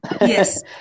yes